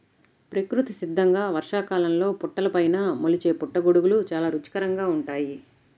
ప్రకృతి సిద్ధంగా వర్షాకాలంలో పుట్టలపైన మొలిచే పుట్టగొడుగులు చాలా రుచికరంగా ఉంటాయి